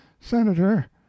Senator